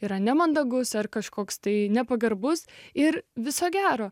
yra nemandagus ar kažkoks tai nepagarbus ir viso gero